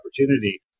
opportunity